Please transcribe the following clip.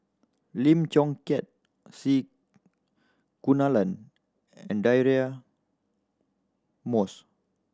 Lim Chong Keat C Kunalan and Deirdre Moss